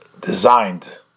designed